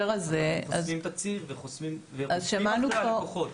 הם חוסמים את הציר ורודפים אחרי הלקוחות.